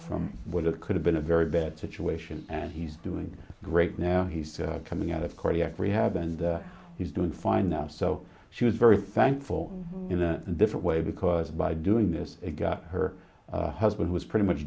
from what it could have been a very bad situation and he's doing great now he's coming out of cardiac rehab and he's doing fine now so she was very thankful in a different way because by doing this it got her husband was pretty much